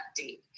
update